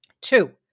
two